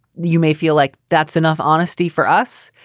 you may feel like that's enough honesty for us.